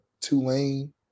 Tulane